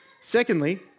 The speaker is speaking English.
Secondly